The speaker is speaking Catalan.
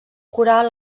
coral